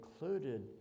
included